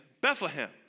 Bethlehem